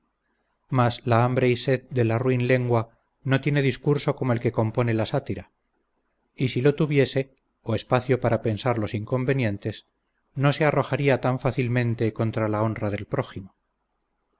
mas la hambre y sed de la ruin lengua no tiene discurso como el que compone la sátira y si lo tuviese o espacio para pensar los inconvenientes no se arrojaría tan fácilmente contra la honra del prójimo